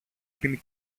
την